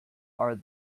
are